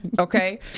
okay